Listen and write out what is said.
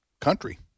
country